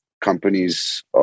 companies